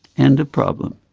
end of problem!